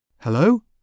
Hello